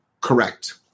correct